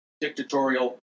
dictatorial